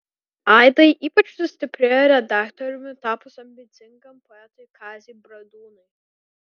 aidai ypač sustiprėjo redaktoriumi tapus ambicingam poetui kaziui bradūnui